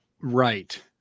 Right